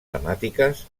temàtiques